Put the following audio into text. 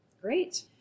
Great